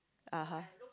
(uh huh)